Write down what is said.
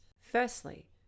Firstly